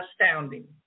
astounding